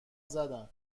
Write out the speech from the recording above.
زدن